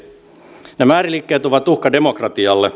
nämä ääriliikkeet ovat uhka demokratialle